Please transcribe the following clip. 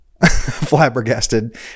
flabbergasted